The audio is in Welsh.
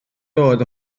dod